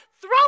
Throw